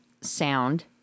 sound